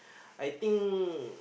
I think